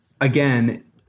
again